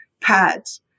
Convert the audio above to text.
pads